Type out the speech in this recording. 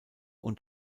und